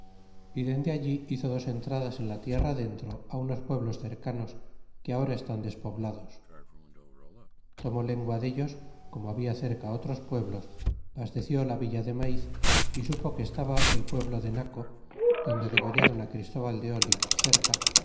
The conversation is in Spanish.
y dende allí hizo dos entradas en la tierra adentro unos pueblos cercanos que ahora estan despoblados tomó lengua dellos como habia cerca otros pueblos basteció la villa de maiz y supo que estaba el pueblo de naco donde degollaron christóbal de oh cerca